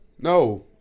No